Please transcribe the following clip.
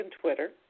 Twitter